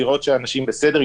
לראות שאנשים בסדר,